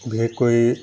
বিশেষ কৰি